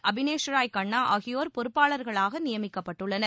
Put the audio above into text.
அபினேஷ்ராய் கண்ணா ஆகியோர் பொறுப்பாளர்களாக நியமிக்கப்பட்டுள்ளனர்